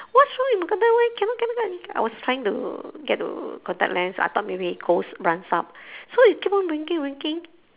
what's wrong with my contact len cannot cannot cannot I was trying to get to contact lens I thought maybe it goes runs up so it keep on winking winking